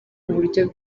uburyo